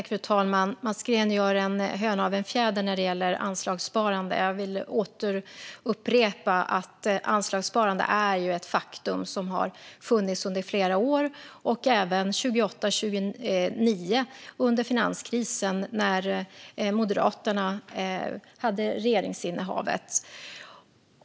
Fru talman! Mats Green gör en höna av en fjäder när det gäller anslagssparande. Jag vill upprepa att anslagssparande har funnits under flera år, även under finanskrisen 2008-2009 då Moderaterna stod för regeringsinnehavet.